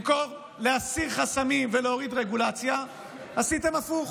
במקום להסיר חסמים ולהוריד רגולציה עשיתם הפוך.